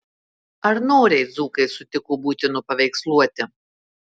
ar noriai dzūkai sutiko būti nupaveiksluoti